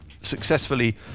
successfully